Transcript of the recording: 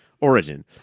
origin